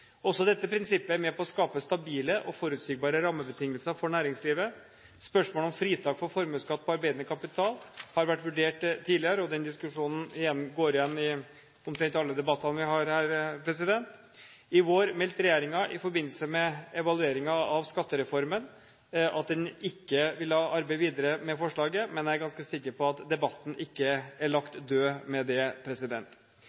Også dette prinsippet er med på å skape stabile og forutsigbare rammebetingelser for næringslivet. Spørsmålet om fritak for formuesskatt på arbeidende kapital har vært vurdert tidligere. Den diskusjonen går igjen i omtrent alle debattene vi har her i salen. I vår meldte regjeringen, i forbindelse med evalueringen av skattereformen, at den ikke vil arbeide videre med forslaget. Men jeg er ganske sikker på at debatten ikke er